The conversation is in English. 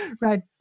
right